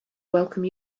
welcome